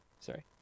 Sorry